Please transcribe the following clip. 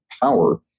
power